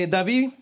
David